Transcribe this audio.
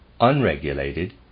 unregulated